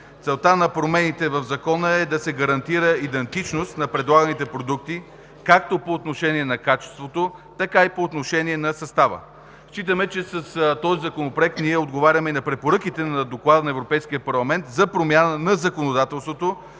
Целта на промените в Закона е да се гарантира идентичност на предлаганите продукти както по отношение на качеството, така и по отношение на състава. Считаме, че с този законопроект ние отговаряме и на препоръките на доклада на Европейския парламент за промяна на законодателството